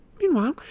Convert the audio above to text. meanwhile